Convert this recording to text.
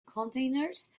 containers